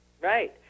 Right